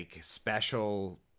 special